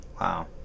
Wow